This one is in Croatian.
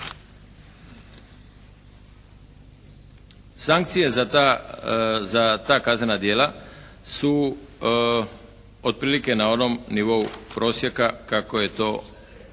Sankcije za ta kaznena djela su otprilike na onom nivou prosjeka kako je to i